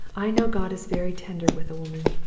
i know god is very tender with a woman,